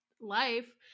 life